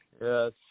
Yes